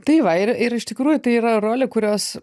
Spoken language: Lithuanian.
tai va ir ir iš tikrųjų tai yra rolė kurios